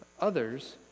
Others